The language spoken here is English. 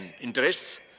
interests